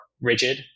rigid